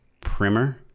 primer